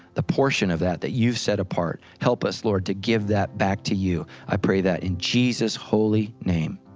the portion of that that you've set apart. help us lord to give that back to you, i pray that in jesus holy name,